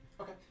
Okay